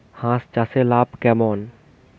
হাঁস চাষে লাভ কেমন?